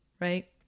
right